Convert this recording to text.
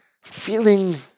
Feeling